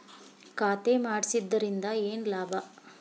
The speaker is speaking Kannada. ಖಾತೆ ಮಾಡಿಸಿದ್ದರಿಂದ ಏನು ಲಾಭ?